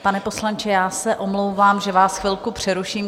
Pane poslanče, já se omlouvám, že vás chvilku přeruším.